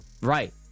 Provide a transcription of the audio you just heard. right